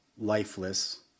lifeless